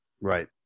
Right